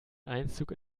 einzug